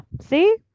see